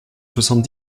soixante